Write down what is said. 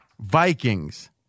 vikings